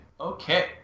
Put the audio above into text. Okay